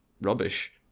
rubbish